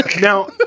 Now